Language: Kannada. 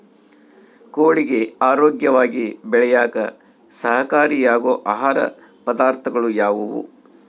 ಕೋಳಿಗೆ ಆರೋಗ್ಯವಾಗಿ ಬೆಳೆಯಾಕ ಸಹಕಾರಿಯಾಗೋ ಆಹಾರ ಪದಾರ್ಥಗಳು ಯಾವುವು?